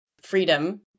freedom